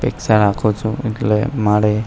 અપેક્ષા રાખું છું એટલે મારે